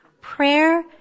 Prayer